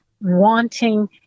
wanting